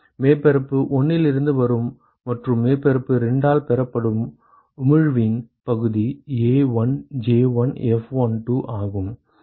மேற்பரப்பு 1 இலிருந்து வரும் மற்றும் மேற்பரப்பு 2 ஆல் பெறப்படும் உமிழ்வின் பகுதி A1J1F12 ஆகும்